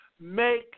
make